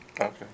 Okay